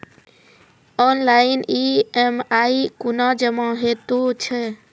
Online EMI कूना जमा हेतु छै?